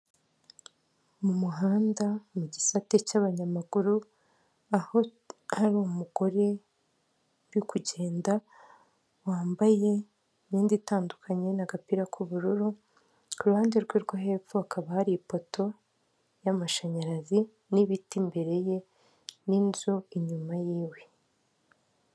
Mu muhanda mu gisate cy'abanyamaguru, aho hari umugore uri kugenda, wambaye imyenda itandukanye n'agapira k'ubururu, ku ruhande rwe rwo hepfo hakaba hari ipoto y'amashanyarazi n'ibiti imbere ye n'inzu inyuma yiwe.